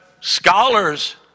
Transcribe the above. scholars